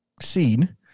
seed